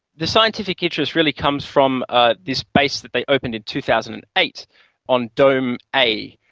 the scientific interest really comes from ah this base that they opened in two thousand and eight on dome a,